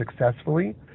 successfully